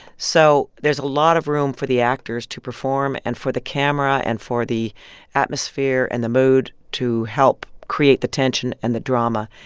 so there's a lot of room for the actors to perform and for the camera and for the atmosphere and the mood to help create the tension and the drama